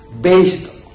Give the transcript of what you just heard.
based